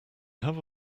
have